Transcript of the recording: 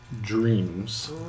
dreams